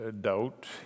doubt